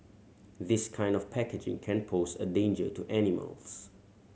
this kind of packaging can pose a danger to animals